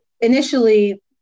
initially